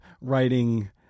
writing